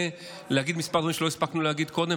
להגיד כמה דברים שלא הספקנו להגיד קודם,